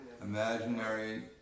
imaginary